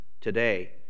today